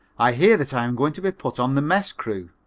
i hear that i am going to be put on the mess crew.